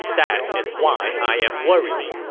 that is why i am worried.